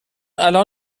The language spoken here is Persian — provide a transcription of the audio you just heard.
الان